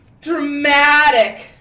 Dramatic